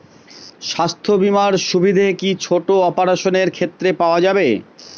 স্বাস্থ্য বীমার সুবিধে কি ছোট অপারেশনের ক্ষেত্রে পাওয়া যাবে?